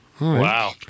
Wow